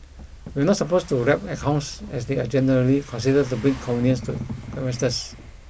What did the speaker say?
we are not opposed to wrap accounts as they are generally considered to bring convenience to investors